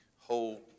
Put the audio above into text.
whole